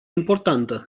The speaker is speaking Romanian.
importantă